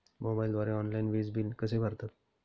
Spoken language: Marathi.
मोबाईलद्वारे ऑनलाईन वीज बिल कसे भरतात?